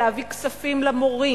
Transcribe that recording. להביא כספים למורים,